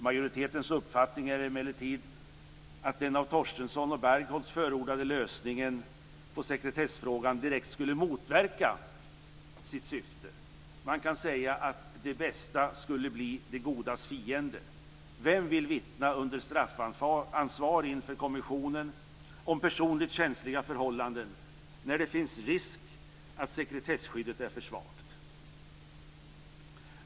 Majoritetens uppfattning är emellertid att den av Torstensson och Bargholtz förordade lösningen på sekretessfrågan direkt skulle motverka sitt syfte. Man kan säga att det bästa skulle bli det godas fiende. Vem vill under straffansvar vittna om personligt känsliga förhållanden inför kommissionen när det finns risk att sekretesskyddet är för svagt?